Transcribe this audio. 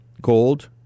gold